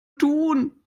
tun